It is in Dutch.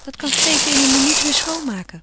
dat kan grete in een minuut weêr schoonmaken